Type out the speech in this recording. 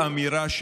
תן לי דקה, דקה.